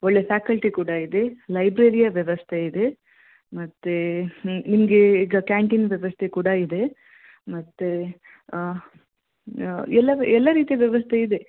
ಒಳ್ಳೆಯ ಫ್ಯಾಕಲ್ಟಿ ಕೂಡ ಇದೆ ಲೈಬ್ರೆರಿಯ ವ್ಯವಸ್ಥೆ ಇದೆ ಮತ್ತೆ ನಿ ನಿಮಗೆ ಈಗ ಕ್ಯಾಂಟೀನ್ ವ್ಯವಸ್ಥೆ ಕೂಡ ಇದೆ ಮತ್ತೆ ಎಲ್ಲ ಎಲ್ಲ ರೀತಿಯ ವ್ಯವಸ್ಥೆ ಇದೆ